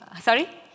Sorry